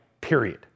period